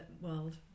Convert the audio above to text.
world